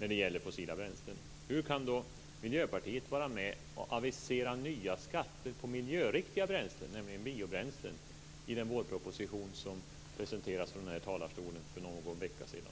när det gäller fossila bränslen? Hur kan då Miljöpartiet vara med och avisera nya skatter på miljöriktiga bränslen, nämligen biobränslen, i den vårproposition som presenterades från den här talarstolen för någon vecka sedan?